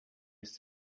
ist